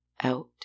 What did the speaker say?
out